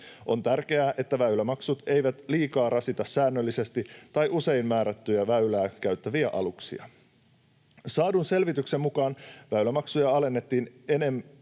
On tärkeää, että väylämaksut eivät liikaa rasita säännöllisesti tai usein määrättyä väylää käyttäviä aluksia. Saadun selvityksen mukaan väylämaksuja alennettiin